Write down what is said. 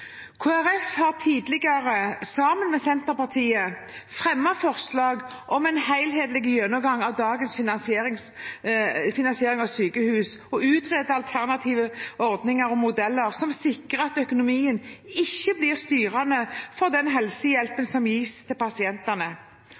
Folkeparti har tidligere, sammen med Senterpartiet, fremmet forslag om en helhetlig gjennomgang av dagens finansiering av sykehus og om å utrede alternative ordninger og modeller, som sikrer at økonomien ikke blir styrende for den helsehjelpen som gis til pasientene.